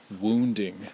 wounding